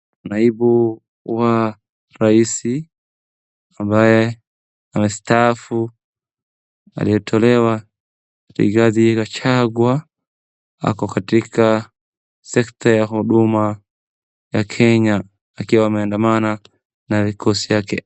Naibu wa rais ambaye amestaafu aliyetolewa Rigathi Gachagua ako katika sekta ya huduma ya Kenya akiwa ameandamana na vikosi yake.